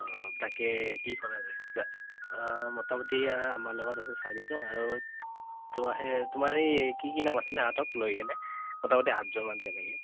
অঁ তাকে কি কৰা যায় মোটামুটি আমাৰ লগত আছে চাৰিজন আৰু তোমাৰ সেই তোমাৰ সেই কি কি নাম আছিলে সিহঁতক লৈ কিনে মোটামুটি আঠজনমান তেনেকৈ